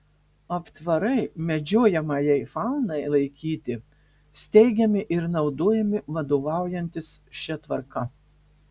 aptvarai medžiojamajai faunai laikyti steigiami ir naudojami vadovaujantis šia tvarka